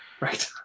right